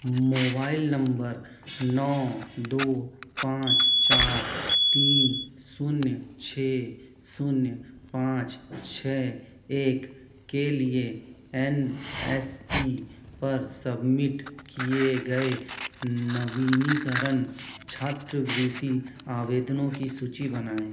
mobile number नौ दो पाँच चार तीन शून्य छः शून्य पाँच छः एक के लिए एन एस पी पर सबमिट किए गए नवीनीकरण छात्रवृत्ति आवेदनों की सूची बनाएँ